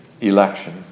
election